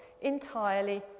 entirely